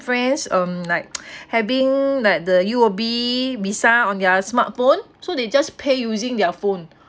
friends um like having like the U_O_B visa on their smartphone so they just pay using their phone